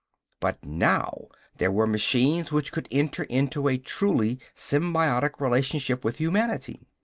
but now there were machines which could enter into a truly symbiotic relationship with humanity.